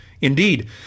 Indeed